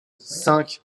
cinq